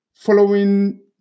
following